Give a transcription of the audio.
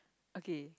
okay